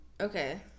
okay